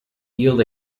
field